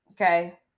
Okay